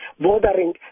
bothering